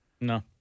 No